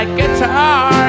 guitar